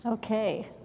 Okay